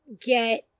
get